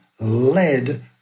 led